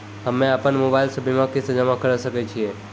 हम्मे अपन मोबाइल से बीमा किस्त जमा करें सकय छियै?